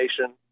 nation